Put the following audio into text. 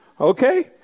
Okay